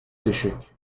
düşük